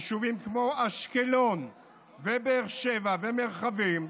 יישובים כמו אשקלון ובאר שבע ומרחבים,